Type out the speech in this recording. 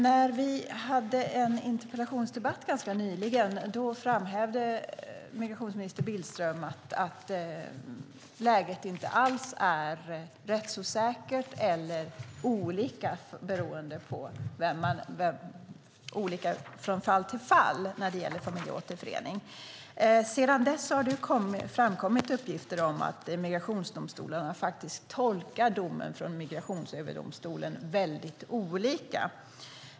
När vi hade en interpellationsdebatt ganska nyligen framhävde migrationsminister Billström att läget inte alls är rättsosäkert eller olika från fall till fall när det gäller familjeåterförening. Sedan dess har det framkommit uppgifter om att migrationsdomstolarna faktiskt tolkar domen från Migrationsöverdomstolen väldigt olika.